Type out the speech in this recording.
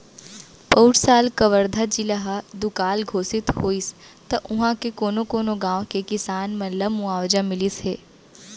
पउर साल कवर्धा जिला ह दुकाल घोसित होइस त उहॉं के कोनो कोनो गॉंव के किसान मन ल मुवावजा मिलिस हे